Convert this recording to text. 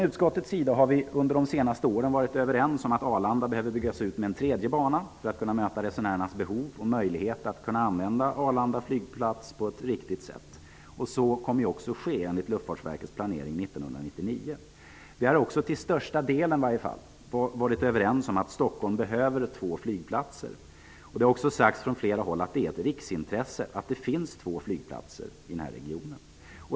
I utskottet har vi under de senaste åren varit överens om att Arlanda behöver byggas ut med en tredje bana för att kunna möta resenärernas behov och möjlighet att använda Arlanda flygplats på ett riktigt sätt. Så kommer också att ske enligt Vi har också till största delen varit överens om att Stockholm behöver två flygplatser. Det har också sagts från flera håll att det är ett riksintresse att det finns två flygplatser i denna region.